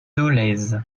dolez